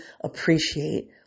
appreciate